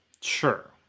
Sure